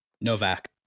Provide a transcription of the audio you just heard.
Novak